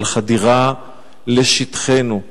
על חדירה לשטחנו.